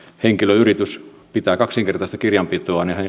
henkilöyritys pitää kaksinkertaista kirjanpitoa niin he